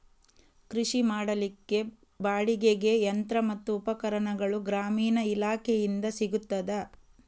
ಕೃಷಿ ಮಾಡಲಿಕ್ಕೆ ಬಾಡಿಗೆಗೆ ಯಂತ್ರ ಮತ್ತು ಉಪಕರಣಗಳು ಗ್ರಾಮೀಣ ಇಲಾಖೆಯಿಂದ ಸಿಗುತ್ತದಾ?